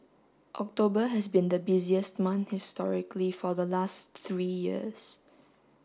October has been the busiest month historically for the last three years